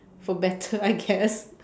for better I guess